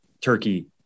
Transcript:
turkey